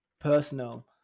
personal